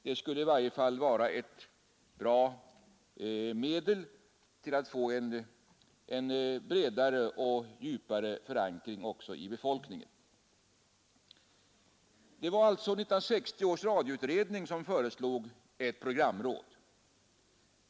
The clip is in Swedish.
Det skulle i varje fall vara ett bra medel för att få en bredare och djupare förankring också hos befolkningen. Det var alltså 1960 års radioutredning som föreslog ett programråd.